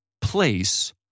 place